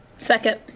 Second